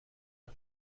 قهر